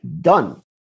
done